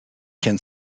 can